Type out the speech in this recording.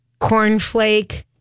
cornflake